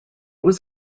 was